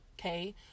okay